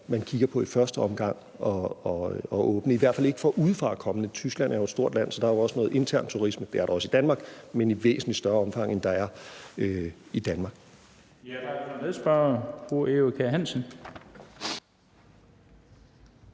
man kigger på at åbne i første omgang, i hvert fald ikke for udefrakommende. Tyskland er jo et stort land, så der er også noget intern turisme. Det er der også i Danmark, men i Tyskland i væsentligt større omfang, end der er i Danmark.